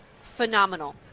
phenomenal